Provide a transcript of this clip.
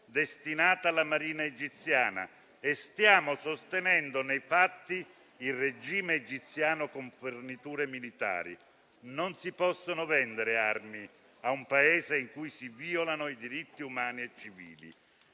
destinata alla Marina egiziana e stiamo sostenendo nei fatti il regime egiziano con forniture militari. Non si possono vendere armi a un Paese in cui si violano i diritti umani e civili.